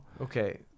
Okay